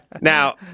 now –